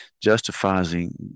justifying